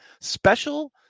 Special